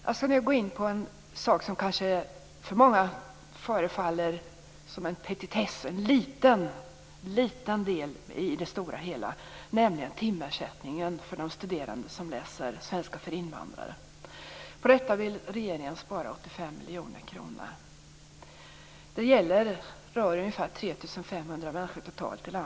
Jag skall nu gå in på en sak som för många kan framstå som en petitess, en liten del i det stora hela, nämligen timersättningen för de studerande som läser svenska för invandrare. Regeringen vill spara 85 miljoner kronor på detta. Det gäller totalt ca 3 500 människor.